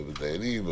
על הדיינים,